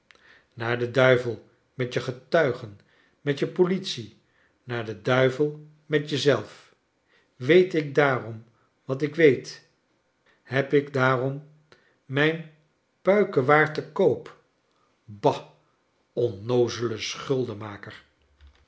naar den duivei met je getuigen met je politic naar den duivei met je zelf weet ik daarom wat ik weet iieb ik daarom mijn puike waar te koop